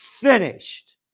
finished